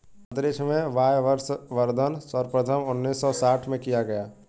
अंतरिक्ष में वायवसंवर्धन सर्वप्रथम उन्नीस सौ साठ में किया गया